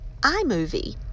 iMovie